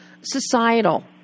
societal